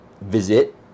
visit